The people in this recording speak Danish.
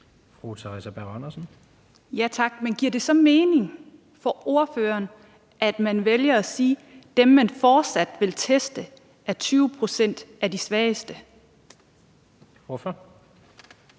Theresa Berg Andersen (SF): Tak. Men giver det så mening for ordføreren, at man vælger at sige, at dem, man fortsat vil teste, er 20 pct. af de svageste? Kl.